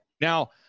Now